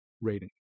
rating